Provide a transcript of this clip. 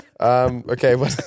Okay